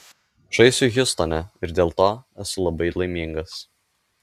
žaisiu hjustone ir dėl to esu labai laimingas